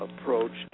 approached